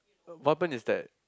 what happen is that